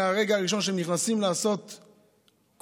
מהרגע הראשון שהם נכנסים לעשות קורס,